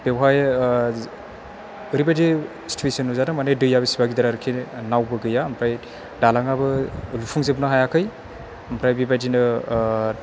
बेवहाय ओरैबायदि सिथुयेसन नुजादों मानि दैया बिसिबा गिदिर आरिखि नावबो गैया ओमफ्राय दालाङाबो लुफुंजोबनो हायाखै ओमफ्राय बेबायदिनो